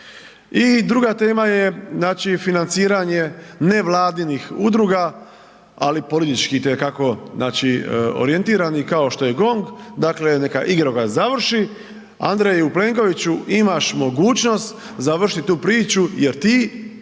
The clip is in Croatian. I druga tema je znači financiranje nevladinih udruga ali političkih itekako orijentiranih kao što je GONG, dakle neka igrokaz završi. Andreju Plenkoviću imaš mogućnost završiti tu priču jer ti